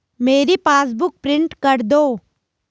मेरी passbook print कर दो